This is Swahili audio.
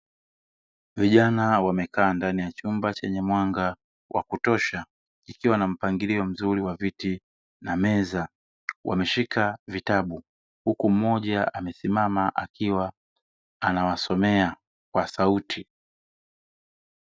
Vijana wamekaa ndani ya chumba chenye mwanga wa kutosha kikiwa na mpangilio mzuri wa viti na meza wameshika vitabu huku mmoja amesimama akiwa anawasomea kwa sauti.